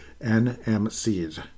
NMC's